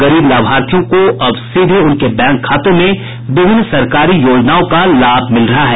गरीब लाभार्थियों को अब सीधे उनके बैंक खातों में विभिन्न सरकारी योजनाओं का लाभ मिल रहा है